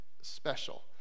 special